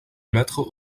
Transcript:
mettre